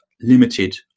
limited